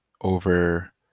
over